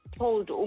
told